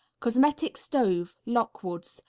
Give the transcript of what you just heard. cosmetic stove, lockwood's.